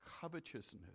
covetousness